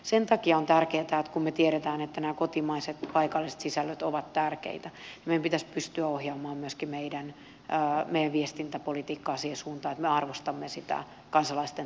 sen takia on tärkeätä että kun me tiedämme että nämä kotimaiset paikalliset sisällöt ovat tärkeitä meidän pitäisi pystyä ohjaamaan myöskin meidän viestintäpolitiikkaa siihen suuntaan että me arvostamme sitä kansalaisten tahtotilaa